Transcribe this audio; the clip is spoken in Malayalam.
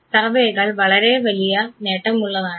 സർവ്വേകൾ വളരെ വലിയ നേട്ടമുള്ളതാണ്